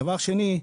דבר שני,